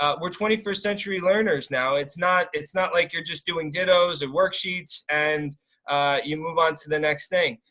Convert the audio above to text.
ah we're twenty first century learners now. it's not it's not like you're just doing dittos and worksheets and you move on to the next thing.